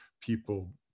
people